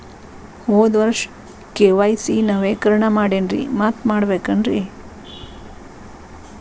ಹೋದ ವರ್ಷ ಕೆ.ವೈ.ಸಿ ನವೇಕರಣ ಮಾಡೇನ್ರಿ ಮತ್ತ ಮಾಡ್ಬೇಕೇನ್ರಿ?